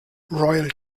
royal